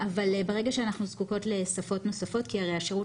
ברגע שאנחנו זקוקות לשפות נוספות כי הרי השירות